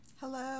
hello